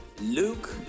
Luke